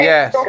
Yes